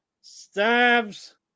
Stabs